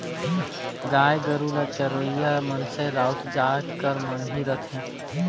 गाय गरू ल चरोइया मइनसे राउत जाएत कर मन ही रहथें